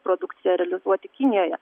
produkciją realizuoti kinijoje